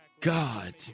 God